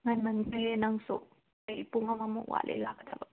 ꯉꯟꯃꯟꯒ꯭ꯔꯦꯍꯦ ꯅꯪꯁꯨ ꯑꯩ ꯄꯨꯡ ꯑꯃꯃꯨꯛ ꯋꯥꯠꯂꯤ ꯂꯥꯛꯀꯗꯕ